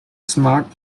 smart